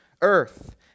earth